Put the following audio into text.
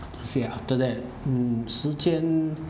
这些 after that 时间